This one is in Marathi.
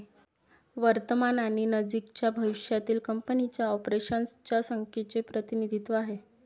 वर्तमान आणि नजीकच्या भविष्यातील कंपनीच्या ऑपरेशन्स च्या संख्येचे प्रतिनिधित्व आहे